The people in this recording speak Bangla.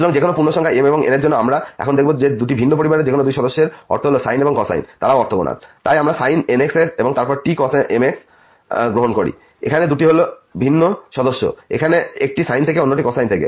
সুতরাংযেকোনো পূর্ণসংখ্যা m এবং n এর জন্য আমরা এখন দেখাব যে দুটি ভিন্ন পরিবারের যেকোনো দুই সদস্যের অর্থ হল সাইন এবং কোসাইন তারাও অর্থগোনাল তাই আমরা sin nx এবং তারপর t cos mx গ্রহণ করি এখানে দুটি হল দুটি ভিন্ন সদস্য একটি সাইন থেকে এবং অন্যটি কোসাইন থেকে